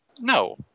no